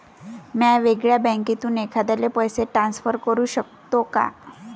म्या वेगळ्या बँकेतून एखाद्याला पैसे ट्रान्सफर करू शकतो का?